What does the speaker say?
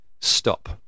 stop